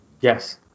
Yes